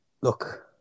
look